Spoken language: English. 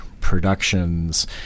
productions